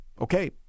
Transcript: Okay